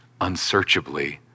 unsearchably